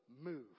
move